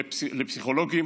לפסיכולוגים,